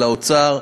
ולאוצר,